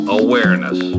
awareness